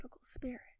spirit